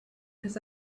his